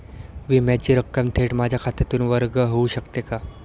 विम्याची रक्कम थेट माझ्या खात्यातून वर्ग होऊ शकते का?